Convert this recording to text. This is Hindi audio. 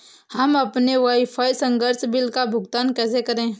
हम अपने वाईफाई संसर्ग बिल का भुगतान कैसे करें?